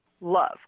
love